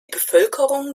bevölkerung